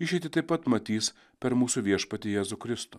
išeitį taip pat matys per mūsų viešpatį jėzų kristų